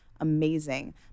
amazing